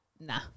Nah